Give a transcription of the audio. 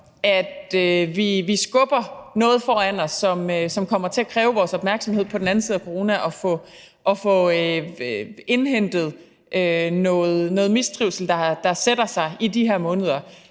at vi skubber noget foran os, som kommer til at kræve vores opmærksomhed at få indhentet på den anden side af coronaen; der er noget mistrivsel, der sætter sig i de her måneder,